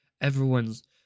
everyone's